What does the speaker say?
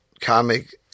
Comic